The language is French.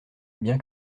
bien